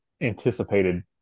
anticipated